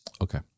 okay